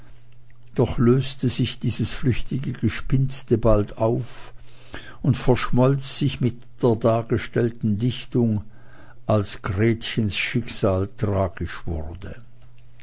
doch löste sich dieses flüchtige gespinste bald auf und verschmolz sich mit der dargestellten lichtung als gretchens schicksal tragisch wurde